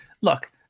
look